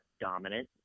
dominant